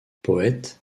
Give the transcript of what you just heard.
poète